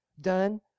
done